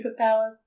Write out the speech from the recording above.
superpowers